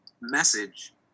message